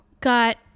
got